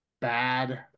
bad